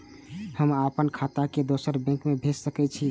हम आपन खाता के दोसर बैंक में भेज सके छी?